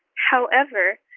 however,